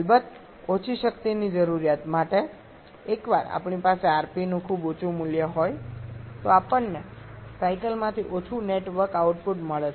અલબત્ત ઓછી શક્તિની જરૂરિયાત માટે એકવાર આપણી પાસે rp નું ખૂબ ઊંચું મૂલ્ય હોય તો આપણને સાયકલમાંથી ઓછું નેટ વર્ક આઉટપુટ મળે છે